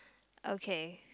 okay